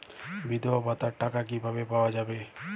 বিধবা ভাতার টাকা কিভাবে পাওয়া যাবে?